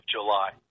July